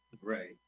Right